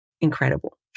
Incredible